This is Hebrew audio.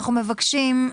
אנחנו מבקשים,